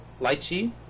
Lychee